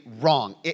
wrong